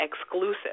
exclusive